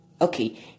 Okay